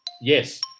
Yes